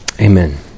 Amen